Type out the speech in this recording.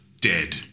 Dead